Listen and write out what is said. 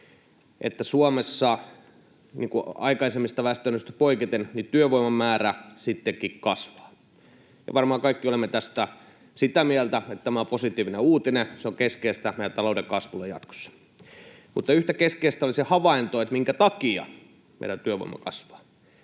että Suomessa aikaisemmista väestöennusteista poiketen työvoiman määrä sittenkin kasvaa. Varmaan kaikki olemme tästä sitä mieltä, että tämä on positiivinen uutinen. Se on keskeistä meidän talouden kasvulle jatkossa. Mutta yhtä keskeistä oli se havainto, minkä takia meidän työvoima kasvaa.